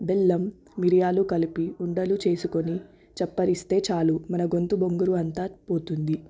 బెల్లం మిరియాలు కలిపి ఉండలు చేసుకొని చప్పరిస్తే చాలు మన గొంతు బొంగురు అంతా పోతుంది